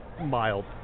mild